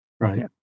right